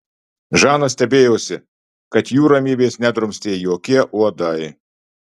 žana stebėjosi kad jų ramybės nedrumstė jokie uodai